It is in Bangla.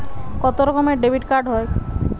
কত রকমের ডেবিটকার্ড হয়?